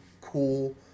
cool